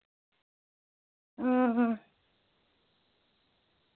हां